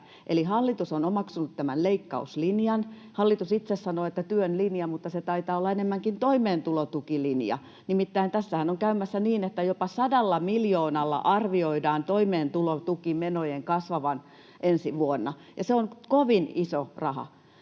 eli hallitus on omaksunut leikkauslinjan, hallitus itse sanoo, että työn linjan, mutta se taitaa olla enemmänkin toimeentulotukilinja. Nimittäin tässähän on käymässä niin, että jopa 100 miljoonalla arvioidaan toimeentulotukimenojen kasvavan ensi vuonna, ja se on kovin iso raha.